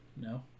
No